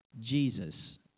Jesus